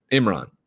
Imran